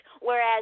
whereas